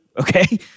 okay